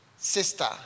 Sister